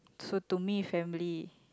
so to me family